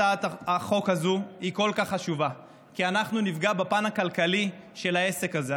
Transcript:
הצעת החוק הזאת היא כל כך חשובה כי אנחנו נפגע בפן הכלכלי של העסק הזה,